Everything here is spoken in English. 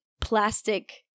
plastic